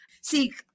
see